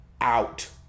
out